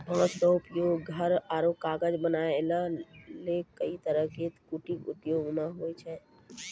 बांस के उपयोग घर आरो कागज बनावै सॅ लैक कई तरह के कुटीर उद्योग मॅ होय छै